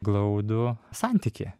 glaudų santykį